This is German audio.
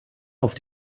auf